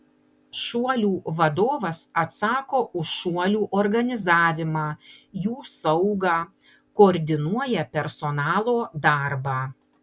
šuolių vadovas atsako už šuolių organizavimą jų saugą koordinuoja personalo darbą